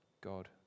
God